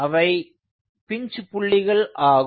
அவை பின்ச் புள்ளிகள் ஆகும்